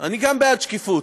גם אני בעד שקיפות,